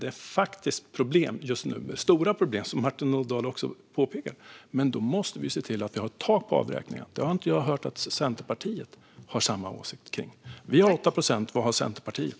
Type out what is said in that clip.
Det är ett faktiskt problem just nu, ett stort problem, som Martin Ådahl också påpekar. Men då måste vi se till att ha ett tak på avräkningarna. Det har inte jag hört att Centerpartiet har samma åsikt om. Vi har 8 procent. Vad har Centerpartiet?